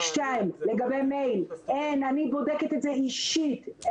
לגבי מיילים, אני בודקת את זה אישית.